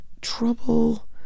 trouble